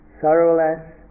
Sorrowless